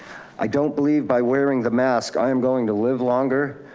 i don't believe by wearing the mask i am going to live longer.